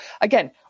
again